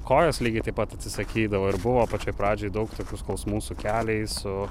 kojos lygiai taip pat atsisakydavo ir buvo pačioj pradžioj daug tokių skausmų su keliais su